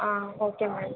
ಹಾಂ okay ma'am